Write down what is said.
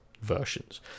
versions